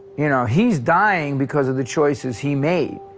you know he's dying because of the choices he made.